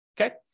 okay